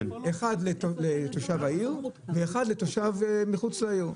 אחד לתושב העיר ואחד לתושב מחוץ לעיר?